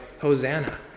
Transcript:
Hosanna